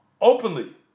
openly